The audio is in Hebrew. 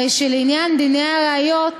הרי שלעניין דיני הראיות,